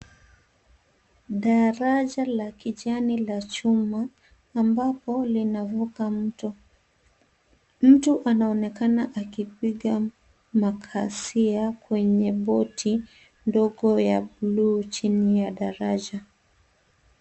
Daraja la kijani la chuma ambapo linavuka mto. Mtu anaonekana akipiga makasia kwenye boti ndogo ya buluu chini ya daraja.